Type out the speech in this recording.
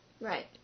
Right